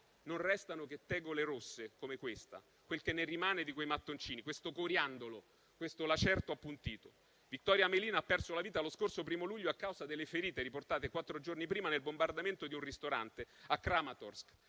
russi, che tegole rosse come questa, quel che rimane di quei mattoncini, questo coriandolo, questo lacerto appuntito. Viktorija Amelina ha perso la vita lo scorso primo luglio a causa delle ferite riportate quattro giorni prima nel bombardamento di un ristorante a Kramators'k.